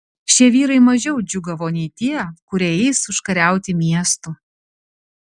šie vyrai mažiau džiūgavo nei tie kurie eis užkariauti miestų